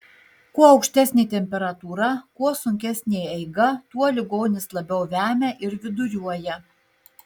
kuo aukštesnė temperatūra kuo sunkesnė eiga tuo ligonis labiau vemia ir viduriuoja